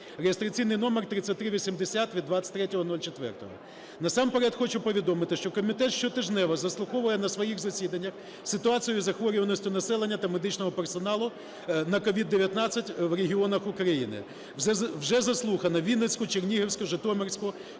(реєстраційний номер 3380) від 23.04. Насамперед хочу повідомити, що комітет щотижнево заслуховує на своїх засіданнях ситуацію із захворюваністю населення та медичного персоналу на COVID-19 в регіонах України. Вже заслухано: Вінницьку, Чернігівську, Житомирську,